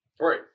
Right